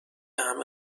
همه